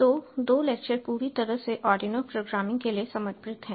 तो दो लेक्चर पूरी तरह से आर्डिनो प्रोग्रामिंग के लिए समर्पित हैं